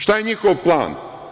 Šta je njihov plan?